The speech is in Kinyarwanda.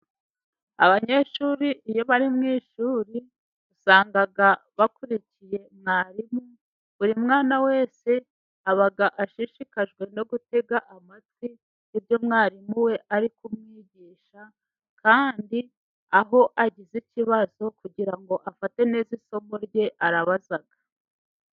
Abanyeshuri iyo bari mu ishuri usanga bakurikiye mwarimu. Buri mwana wese aba ashishikajwe no gutega amatwi ibyo mwarimu we ari kumwigisha, kandi aho agize ikibazo kugira ngo afate neza isomo rye arabaza.